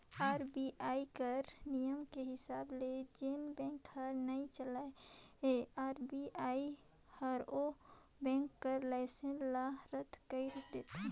RBI कर नियम के हिसाब ले जेन बेंक हर नइ चलय आर.बी.आई हर ओ बेंक कर लाइसेंस ल रद कइर देथे